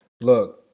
look